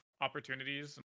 opportunities